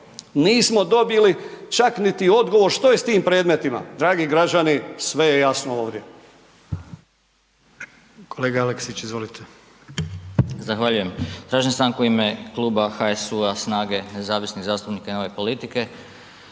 nismo dobili čak niti odgovor što je s tim predmetima, dragi građani, sve je jasno ovdje.